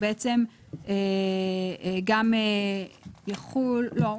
הוא גם יחול לא,